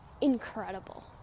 incredible